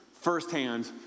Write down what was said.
firsthand